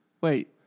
Wait